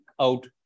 out